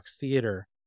Theater